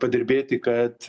padirbėti kad